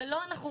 אנחנו לא פה